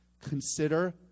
consider